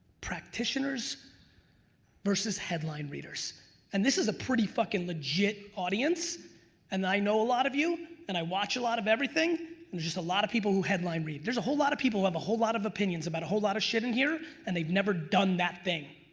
practitioners versus headline readers and this is a pretty fuckin' legit audience and i know a lot of you and i watch a lot of everything. there's just a lot of people who headline read. there's a whole lot of people who have a whole lot of opinions about a whole lot of shit in here and they've never done that thing.